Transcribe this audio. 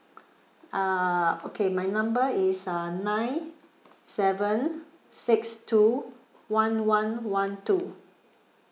uh okay my number is uh nine seven six two one one one two